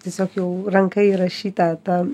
tiesiog jau ranka įrašyta ta